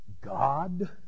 God